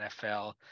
NFL